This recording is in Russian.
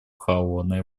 холодной